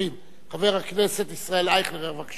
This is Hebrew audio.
חבר הכנסת ישראל אייכלר, בבקשה, אדוני.